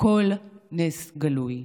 הכול נס גלוי.